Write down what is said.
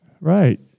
Right